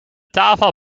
tafel